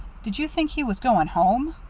did you think he was going home?